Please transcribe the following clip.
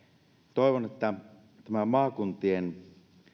toivon että tämä maakuntien